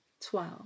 twelve